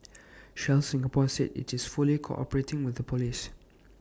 Shell Singapore said IT is fully cooperating with the Police